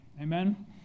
Amen